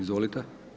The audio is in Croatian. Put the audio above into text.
Izvolite.